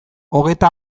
hogeita